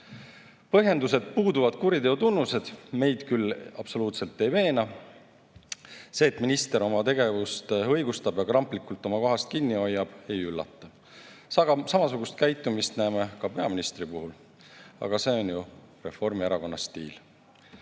Põhjendus, et puuduvad kuriteotunnused, meid küll absoluutselt ei veena. See, et minister oma tegevust õigustab ja kramplikult oma kohast kinni hoiab, ei üllata. Samasugust käitumist näeme ka peaministri puhul, aga see on ju Reformierakonna stiil. Liina